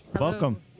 Welcome